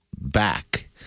back